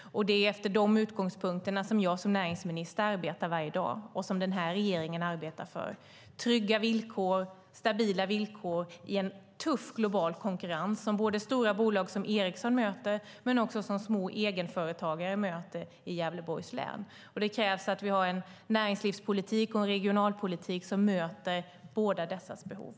Det är efter de utgångspunkterna som jag som näringsminister arbetar varje dag och som den här regeringen arbetar för. Trygga och stabila villkor behövs i en tuff global konkurrens som stora bolag som Ericsson möter, men som också små egenföretagare möter i Gävleborgs län. Det krävs att vi har en näringspolitik och en regionalpolitik som möter båda dessas behov.